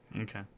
Okay